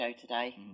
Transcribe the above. today